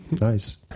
Nice